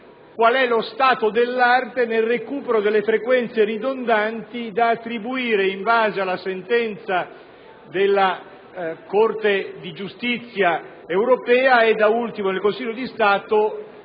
qual è lo stato dell'arte nel recupero delle frequenze ridondanti da attribuire in base alla sentenza della Corte di giustizia europea, e da ultimo il Consiglio di Stato,